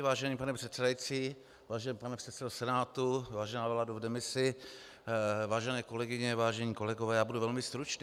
Vážený pane předsedající, vážený pane předsedo Senátu, vážená vládo v demisi, vážené kolegyně, vážení kolegové, já budu velmi stručný.